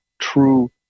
true